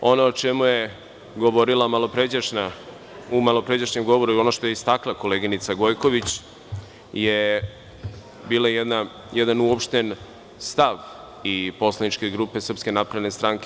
Ono o čemu je govorila malopređašnja, ono što je u malopređašnjem govoru i što je istakla koleginica Gojković je bio jedan uopšten stav i poslaničke grupe SNS.